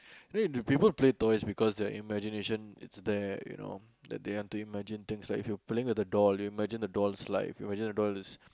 then when the people play toys because their imagination is there you know that they have to imagine things like if you playing with the doll you imagine the doll's alive you imagine the doll is